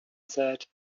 said